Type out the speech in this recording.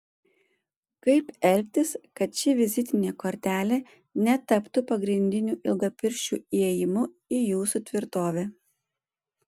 kaip elgtis kad ši vizitinė kortelė netaptų pagrindiniu ilgapirščių įėjimu į jūsų tvirtovę